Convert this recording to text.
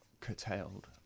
curtailed